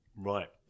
Right